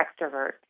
extrovert